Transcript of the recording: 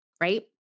right